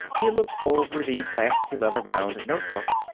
he looked over the plastileather-bound notebook.